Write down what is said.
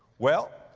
well,